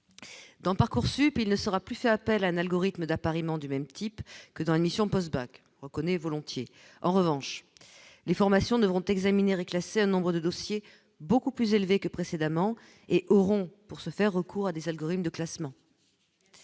dont Parcoursup il ne sera plus fait appel à un algorithme d'appariement du même type que dans Admission post-bac, reconnaît volontiers, en revanche, les formations devront examiner reclassé un nombre de dossiers beaucoup plus élevé que précédemment et auront pour ce faire, recours à des algorithmes de classement